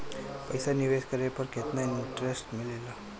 पईसा निवेश करे पर केतना इंटरेस्ट मिलेला?